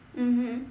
mmhmm